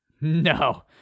No